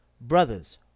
Brothers